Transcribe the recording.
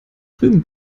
drüben